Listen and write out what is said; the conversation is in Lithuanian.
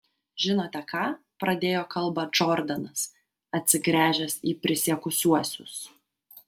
žinote ką pradėjo kalbą džordanas atsigręžęs į prisiekusiuosius